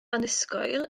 annisgwyl